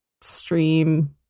stream